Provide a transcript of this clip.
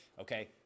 okay